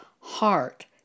heart